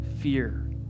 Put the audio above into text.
fear